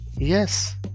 Yes